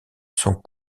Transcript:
sont